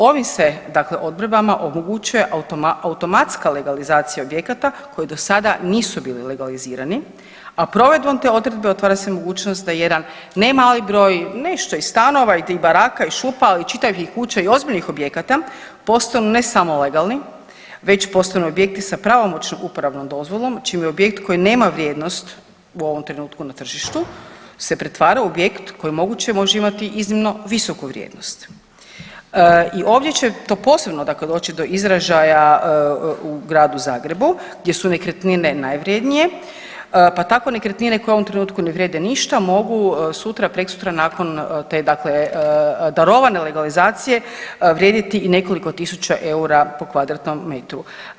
Ovim se, dakle, odredbama, omogućuje automatska legalizacija objekata koji do sada nisu bili legalizirani, a provedbom te odredbe otvara se mogućnost da jedan ne mali broj, nešto i stanova i tih baraka i šupa, ali i čitavih kuća i ozbiljnih objekata, postanu, ne samo legalni, već postanu objekti sa pravomoćnom uporabnom dozvolom, čime objekt koji nema vrijednost u ovom trenutku na tržištu, se pretvara u objekt koje je moguće, može imati iznimno visoku vrijednost i ovdje će to posebno dakle doći do izražaja u Gradu Zagrebu gdje su nekretnine najvrijednije, pa tako nekretnine koje u ovom trenutku ne vrijede ništa, mogu sutra, preksutra nakon te dakle darovane legalizacije vrijediti i nekoliko tisuća eura po kvadratnom metru.